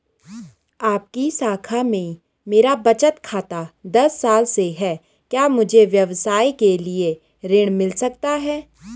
आपकी शाखा में मेरा बचत खाता दस साल से है क्या मुझे व्यवसाय के लिए ऋण मिल सकता है?